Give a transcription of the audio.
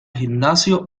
gimnasio